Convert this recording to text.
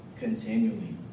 continually